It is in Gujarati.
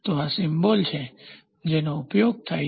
તો આ સિમ્બોલ છે જેનો ઉપયોગ થાય છે